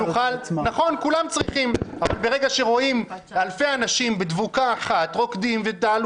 אבל זה אמון שראש הממשלה יקיים את ההנחיות,